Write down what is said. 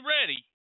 ready